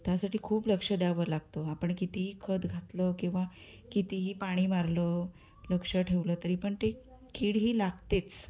त्यासाठी खूप लक्ष द्यावं लागतो आपण कितीही खत घातलं किंवा कितीही पाणी मारलं लक्ष ठेवलं तरी पण ते कीड ही लागतेच